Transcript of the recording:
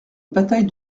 bataille